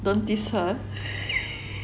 don't tease her